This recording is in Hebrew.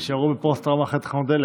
שנשארו בפוסט-טראומה אחרי תחנות דלק.